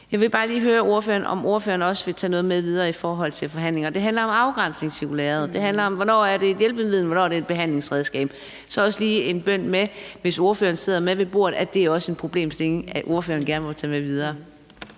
Jeg vil bare lige høre ordføreren, om ordføreren også vil tage noget med videre i forhold til forhandlinger. Det handler om afgrænsningscirkulæret. Det handler om: Hvornår er det et hjælpemiddel, og hvornår er det et behandlingsredskab? Så det er også lige en bøn om, at det også, hvis ordføreren sidder med ved bordet, er en problemstilling, ordføreren gerne må tage med videre.